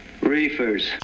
reefers